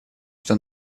что